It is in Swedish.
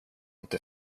inte